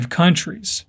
countries